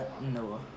Noah